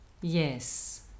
Yes